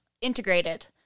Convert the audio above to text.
integrated